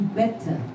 better